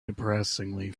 depressingly